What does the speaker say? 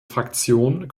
fraktion